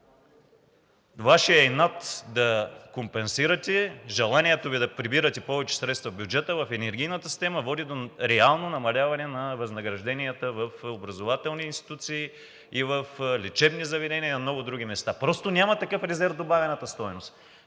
Вашият инат да не компенсирате, желанието Ви да прибирате повече средства в бюджета, в енергийната система, води до реално намаляване на възнагражденията в образователни институции, в лечебни заведения и на много други места. Просто няма такъв резерв добавената стойност.